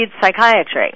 psychiatry